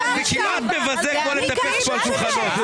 זה כמעט מבזה כמו לטפס פה על שולחנות.